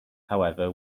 however